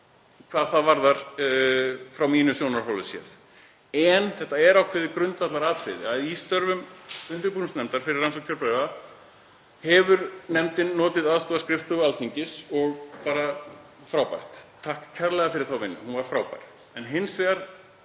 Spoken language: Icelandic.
hvað það varðar frá mínum sjónarhóli séð. En þetta er ákveðið grundvallaratriði, að í störfum undirbúningsnefndar fyrir rannsókn kjörbréfa hefur nefndin notið aðstoðar skrifstofu Alþingis og bara frábært. Takk kærlega fyrir þá vinnu, hún var frábær, en hins vegar